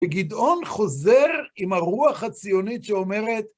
וגדעון חוזר עם הרוח הציונית שאומרת